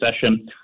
session